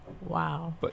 Wow